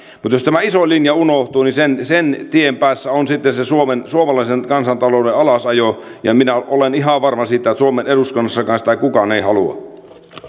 mutta jos tämä iso linja unohtuu niin sen sen tien päässä on sitten se suomalaisen kansantalouden alasajo ja minä olen ihan varma siitä että suomen eduskunnassakaan sitä kukaan ei halua